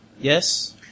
Yes